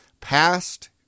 past